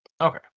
Okay